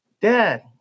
Dad